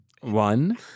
One